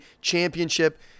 championship